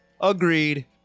Agreed